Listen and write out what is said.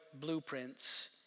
blueprints